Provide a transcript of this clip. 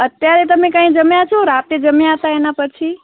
અત્યારે તમે કંઈ જમ્યાં છો રાતે જમ્યાં હતા એના પછી